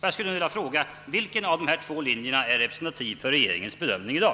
Jag skulle vilja fråga: Vilken av dessa två linjer är representativ för regeringens bedömning i dag?